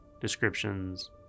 descriptions